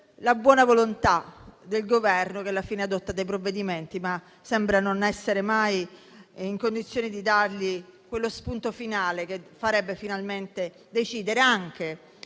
la buona volontà del Governo, che alla fine adotta dei provvedimenti, ma sembra non essere mai in condizioni di dar loro quello spunto finale, che farebbe finalmente decidere anche